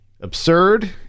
absurd